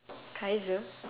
kaiser